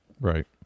Right